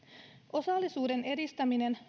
osallisuuden edistäminen